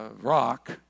rock